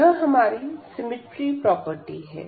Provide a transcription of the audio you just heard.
यह हमारी symmetry property है